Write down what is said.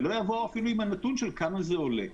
ולא יבואו אפילו עם הנתון של כמה זה עולה.